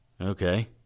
Okay